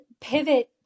pivot